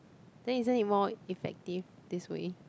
then isn't it more effective this way